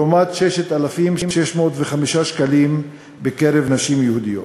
לעומת 6,605 שקלים בקרב נשים יהודיות.